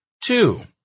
Two